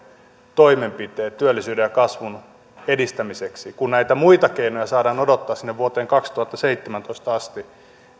toimenpiteet työllisyyden ja kasvun edistämiseksi mutta että näitä muita keinoja saadaan odottaa sinne vuoteen kaksituhattaseitsemäntoista asti